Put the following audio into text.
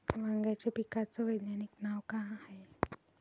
वांग्याच्या पिकाचं वैज्ञानिक नाव का हाये?